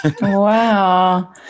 wow